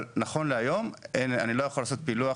אבל נכון להיום אני לא יכול לעשות פילוח